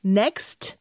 next